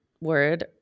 word